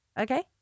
okay